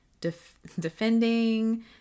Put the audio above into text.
defending